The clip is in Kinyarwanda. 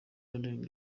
arenga